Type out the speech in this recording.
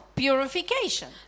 purification